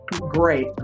great